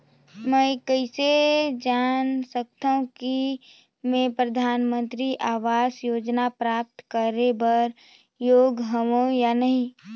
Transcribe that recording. मैं कइसे जांच सकथव कि मैं परधानमंतरी आवास योजना प्राप्त करे बर योग्य हववं या नहीं?